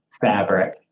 fabric